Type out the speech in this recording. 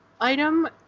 item